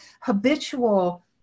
habitual